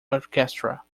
orchestra